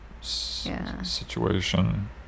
situation